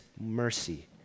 mercy